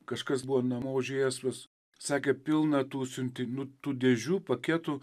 kažkas buvo namo užėjęs pas sakė pilna tų siuntinių nu tų dėžių paketų